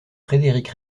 frédéric